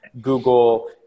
Google